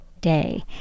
day